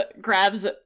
grabs